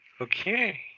Okay